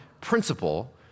principle